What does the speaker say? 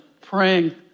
praying